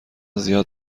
زیاد